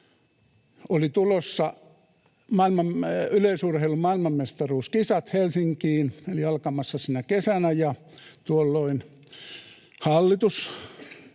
Oli tulossa yleisurheilun maailmanmestaruuskisat Helsinkiin eli alkamassa sinä kesänä, ja tuolloin hallitus,